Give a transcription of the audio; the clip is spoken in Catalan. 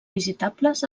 visitables